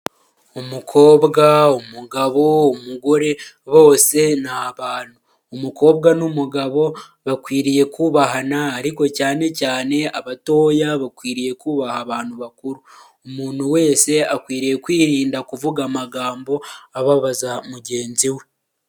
Umukobwa, umugabo, umugore bose ni abantu, umukobwa n'umugabo bakwiriye kubahana ariko cyane cyane abatoya bakwiriye kubaha abantu bakuru, umuntu wese akwiriye kwirinda kuvuga amagambo ababaza mugenzi we.